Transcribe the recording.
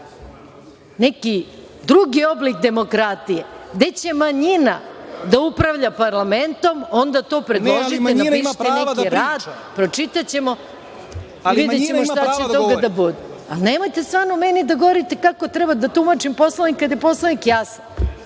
neki drugi oblik demokratije gde će manjina da upravlja parlamentom, onda to predložite, napišite neki rad. Pročitaćemo, pa videćemo šta će od toga da bude, ali nemojte stvarno meni da govorite kako treba da tumačim Poslovnik, kada je Poslovnik jasan.